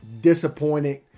disappointing